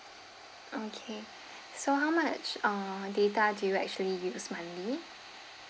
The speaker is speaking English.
okay so how much uh data do you actually use monthly